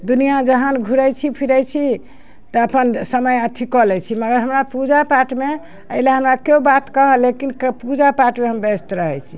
दुनिआँ जहान घुरै छी फिरै छी तऽ अपन समय अथी कऽ लै छी मगर हमरा पूजा पाठमे अइलेल हमरा केओ बात कहऽ लेकिन पूजा पाठमे हम व्यस्त रहै छी